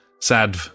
Sad